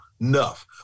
enough